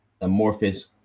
amorphous